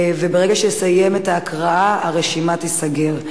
וברגע שאסיים את ההקראה הרשימה תיסגר: